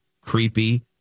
creepy